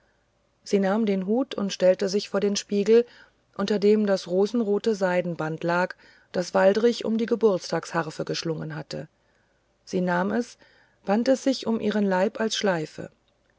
sie nahm den hut und stellte sich vor den spiegel unter dem das rosenrote seidenband lag das waldrich um die geburtstagsharfe geschlungen hatte sie nahm es und band es um ihren leib als schleife